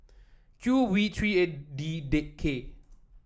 Q V three eight D K